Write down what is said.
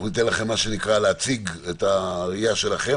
אנחנו ניתן לכם להציג את הראייה שלכם,